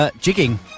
Jigging